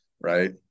right